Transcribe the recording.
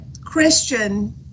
Christian